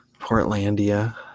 Portlandia